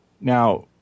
now